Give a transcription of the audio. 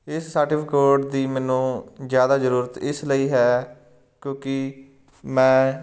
ਇਸ ਸਰਟੀਫਿਕੇਟ ਦੀ ਮੈਨੂੰ ਜ਼ਿਆਦਾ ਜ਼ਰੂਰਤ ਇਸ ਲਈ ਹੈ ਕਿਉਂਕੀ ਮੈਂ